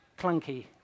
clunky